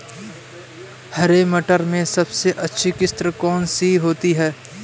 हरे मटर में सबसे अच्छी किश्त कौन सी होती है?